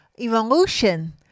evolution